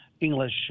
English